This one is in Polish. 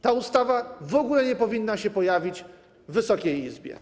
Ta ustawa w ogóle nie powinna się pojawić w Wysokiej Izbie.